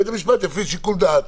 בית המשפט יפעיל שיקול דעת.